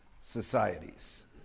societies